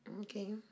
Okay